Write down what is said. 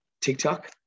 TikTok